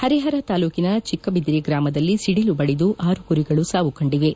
ಹರಿಹರ ತಾಲೂಕಿನ ಚಿಕ್ಕಬಿದರಿ ಗ್ರಾಮದಲ್ಲಿ ಸಿಡಿಲು ಬಡಿದು ಆರು ಕುರಿಗಳು ಸಾವು ಕಂಡಿವೆ